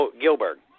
Gilbert